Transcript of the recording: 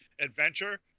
adventure